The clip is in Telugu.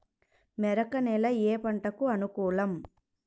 మెరక నేల ఏ పంటకు అనుకూలం?